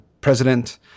president